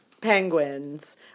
penguins